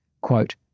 Quote